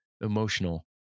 emotional